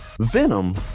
Venom